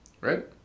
right